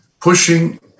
pushing